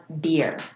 beer